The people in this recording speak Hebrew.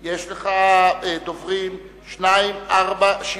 יש לך דוברים, שבעה.